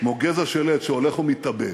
גזע של עץ שהולך ומתעבה.